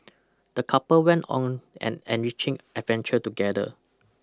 the couple went on an enriching adventure together